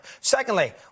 Secondly